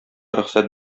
рөхсәт